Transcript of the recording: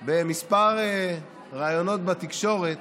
בכמה ראיונות בתקשורת